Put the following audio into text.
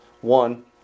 One